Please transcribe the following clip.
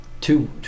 two